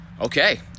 okay